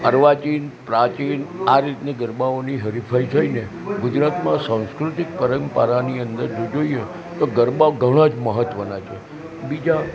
અર્વાચીન પ્રાચીન આ રીતની ગરબાઓની હરીફાઈ થઈ ને ગુજરાતમાં સાંસ્કૃતિક પરંપરાની અંદર જો જોઈએ તો ગરબા ઘણા જ મહત્ત્વનાં છે બીજા